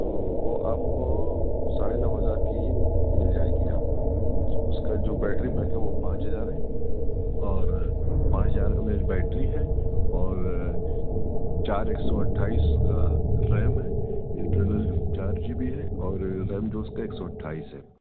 تو وہ آپ کو ساڑھے نو ہزار کی مل جائے گی آپ کو اس کا جو بیٹری بیک اپ وہ پانچ ہزار ہے اور پانچ ہزار ایم اے ایچ بیٹری ہے اور چار ایک سو اٹھائیس کا ریم ہے انٹرنل چار جی بی ہے اور ریم جو اس کا ایک سو اٹھائیس ہے